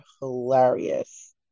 hilarious